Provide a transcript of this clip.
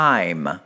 Time